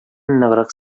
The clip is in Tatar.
ныграк